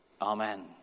Amen